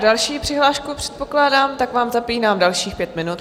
Další přihlášku předpokládám, tak vám zapínám dalších pět minut.